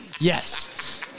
Yes